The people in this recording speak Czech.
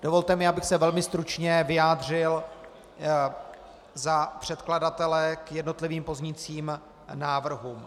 Dovolte mi, abych se velmi stručně vyjádřil za předkladatele k jednotlivým pozměňovacím návrhům.